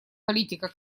политика